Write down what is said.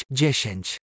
dziesięć